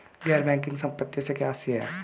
गैर बैंकिंग संपत्तियों से क्या आशय है?